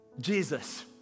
Jesus